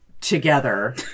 together